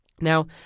Now